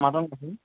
మాదాంట్లో sir